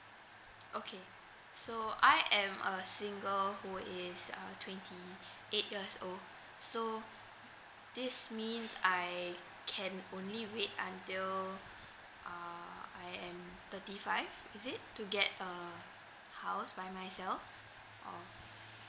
okay so I am a single who is uh twenty eight years old so this means I can only wait until err I am thirty five is it to get a house by myself or